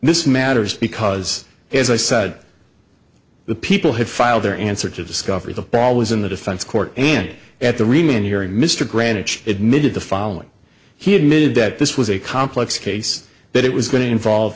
this matters because as i said the people had filed their answer to discovery the ball was in the defense court and at the remaining hearing mr grant admitted the following he admitted that this was a complex case that it was going to involve